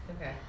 Okay